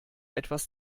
etwas